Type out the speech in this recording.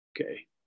Okay